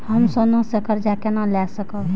हम सोना से कर्जा केना लाय सकब?